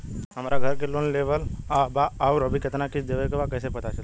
हमरा घर के लोन लेवल बा आउर अभी केतना किश्त देवे के बा कैसे पता चली?